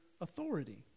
authority